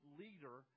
leader